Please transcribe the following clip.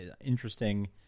interesting